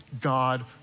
God